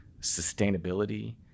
sustainability